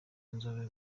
nzove